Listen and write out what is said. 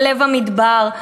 בלב המדבר,